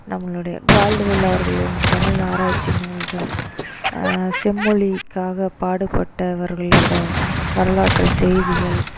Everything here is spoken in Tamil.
நம்மளுடைய கால்டுவெல் அவர்களின் தமிழ் ஆராய்ச்சி நூல்கள் செம்மொழிக்காக பாடுபட்டவர்களோட வரலாற்று செய்திகள்